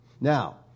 Now